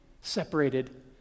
separated